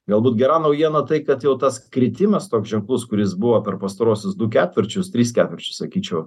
galbūt gera naujiena tai kad jau tas kritimas toks ženklus kuris buvo per pastaruosius du ketvirčius trys ketvirčius sakyčiau